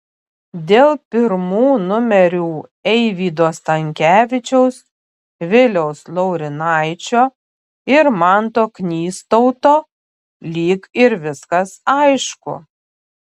dėl pirmų numerių eivydo stankevičiaus viliaus laurinaičio ir manto knystauto lyg ir viskas aišku